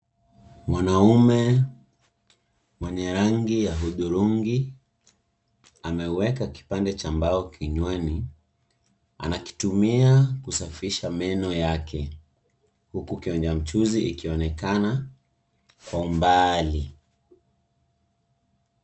Mwanaume mwenye rangi ya hudhurungi ameweka kipande cha mbao kinywani, anakitumia kusafisha meno yake. Huku kionjamchuzi ikionekana kwa mbaali.